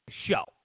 show